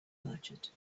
merchant